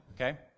okay